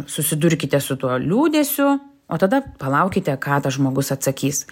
susidurkite su tuo liūdesiu o tada palaukite ką tas žmogus atsakys